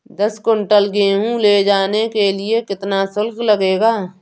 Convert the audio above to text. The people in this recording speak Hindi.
दस कुंटल गेहूँ ले जाने के लिए कितना शुल्क लगेगा?